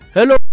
Hello